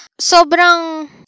sobrang